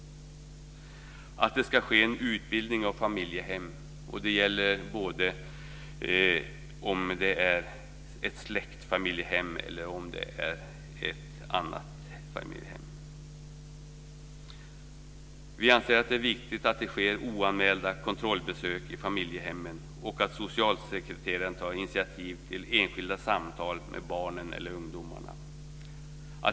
Det ska ske en utbildning av familjehem. Det gäller både om det är ett släktfamiljehem eller ett annat familjehem. Vi anser att det är viktigt att det sker oanmälda kontrollbesök i familjehemmen och att socialsekreteraren tar initiativ till enskilda samtal med barnen eller ungdomarna.